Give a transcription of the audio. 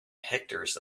hectares